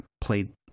played